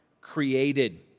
created